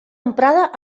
emprada